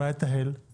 אולי לתהל יש תשובה.